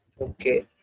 Okay